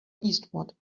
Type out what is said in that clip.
eastward